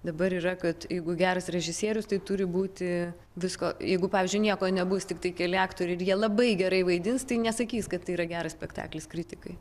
dabar yra kad jeigu geras režisierius tai turi būti visko jeigu pavyzdžiui nieko nebus tiktai keli aktoriai ir jie labai gerai vaidins tai nesakys kad tai yra geras spektaklis kritikai